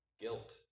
guilt